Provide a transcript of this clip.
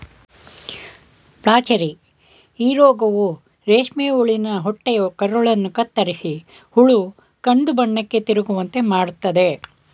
flacherie ಈ ರೋಗವು ರೇಷ್ಮೆ ಹುಳುವಿನ ಹೊಟ್ಟೆಯ ಕರುಳನ್ನು ಕತ್ತರಿಸಿ ಹುಳು ಕಂದುಬಣ್ಣಕ್ಕೆ ತಿರುಗುವಂತೆ ಮಾಡತ್ತದೆ